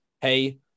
hey